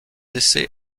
essais